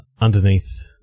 underneath